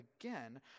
again